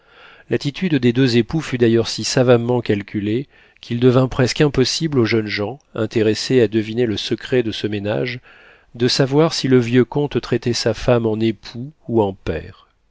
l'attitude des deux époux fut d'ailleurs si savamment calculée qu'il devint presque impossible aux jeunes gens intéressés à deviner le secret de ce ménage de savoir si le vieux comte traitait sa femme en époux ou en père